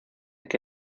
que